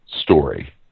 story